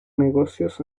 negocios